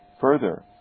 Further